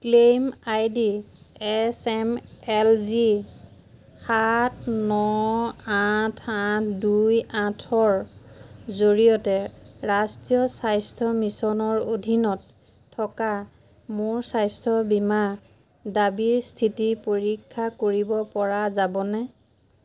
claim I D S M L G সাত ন আঠ আঠ দুই আঠৰ জৰিয়তে ৰাষ্ট্ৰীয় স্বাস্থ্য মিছনৰ অধীনত থকা মোৰ স্বাস্থ্য বীমা দাবীৰ স্থিতি পৰীক্ষা কৰিবপৰা যাবনে